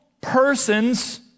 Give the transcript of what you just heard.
persons